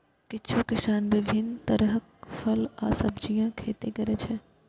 किछु किसान विभिन्न तरहक फल आ सब्जीक खेती करै छै